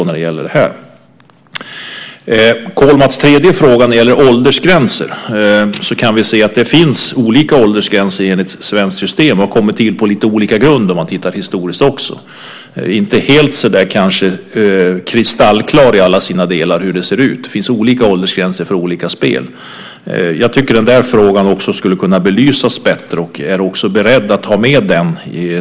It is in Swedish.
När det gäller Kollmats tredje fråga om åldersgränser finns det olika åldersgränser enligt svenskt system. De har kommit till på lite olika grunder historiskt sett. Det är kanske inte helt kristallklart i alla delar hur det ser ut. Det finns olika åldersgränser för olika spel. Jag tycker att också den frågan skulle kunna belysas bättre och är beredd att ta med den.